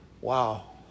Wow